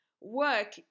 Work